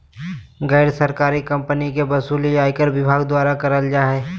गैर सरकारी कम्पनी के वसूली आयकर विभाग द्वारा करल जा हय